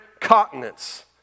continents